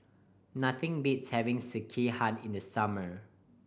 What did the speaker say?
nothing beats having Sekihan in the summer